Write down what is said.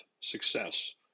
success